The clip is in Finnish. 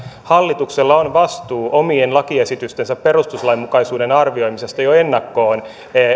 hallituksella on vastuu omien lakiesitystensä perustuslainmukaisuuden arvioimisesta jo ennakkoon